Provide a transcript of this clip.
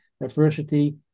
diversity